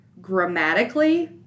grammatically